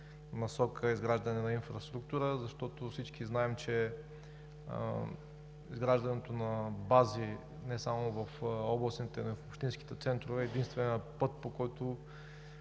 насока за изграждане на инфраструктурата. Защото всички знаем, че изграждането на бази не само в областните, но и в общинските центрове е единственият начин, по който